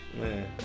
Man